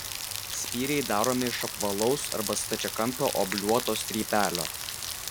spyriai daromi iš apvalaus arba stačiakampio obliuoto strypelio